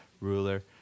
ruler